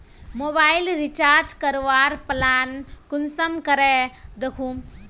Mobile recharge करवार plan कुंसम करे दखुम?